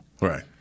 Right